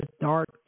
dark